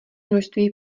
množství